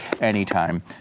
anytime